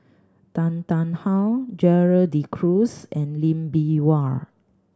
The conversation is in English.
Tan Tarn How Gerald De Cruz and Lee Bee Wah